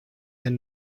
had